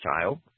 child